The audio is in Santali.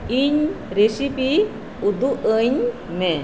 ᱤᱧ ᱨᱮᱥᱤᱯᱤ ᱩᱫᱩᱜ ᱟ ᱧ ᱢᱮ